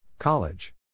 College